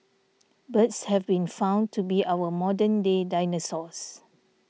birds have been found to be our modern day dinosaurs